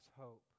hope